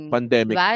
pandemic